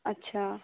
اچھا